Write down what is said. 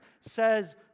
says